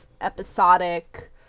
episodic